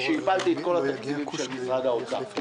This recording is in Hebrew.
שהפלתי את כל התקציבים של משרד האוצר.